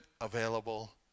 available